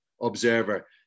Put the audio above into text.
observer